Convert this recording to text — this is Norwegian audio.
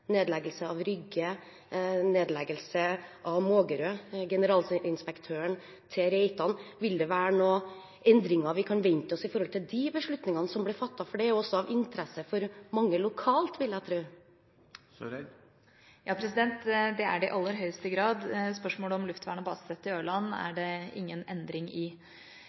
Vil det være noen endringer vi kan vente oss når det gjelder de beslutningene som ble fattet? Dette er også av interesse for mange lokalt, vil jeg tro. Det er det i aller høyeste grad. Spørsmålet om luftvern og basesett til Ørland er det ingen endring i.